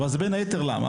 אבל זה בין היתר למה?